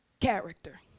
character